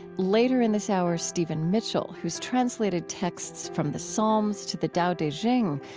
later in this hour, stephen mitchell, who's translated texts from the psalms to the tao te ching,